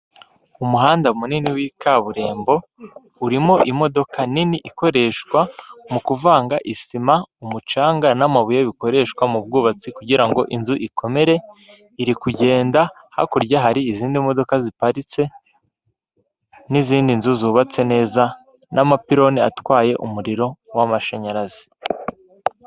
Inyubako y'amagorofa yo kwiyakiriramo na none itanga amacumbi yo kuraramo, hari ahantu h'uruganiriro hari amahema hejuru ya hari ubusitani impande zose.